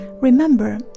Remember